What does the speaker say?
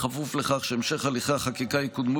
בכפוף לכך שבהמשך הליכי החקיקה יקודמו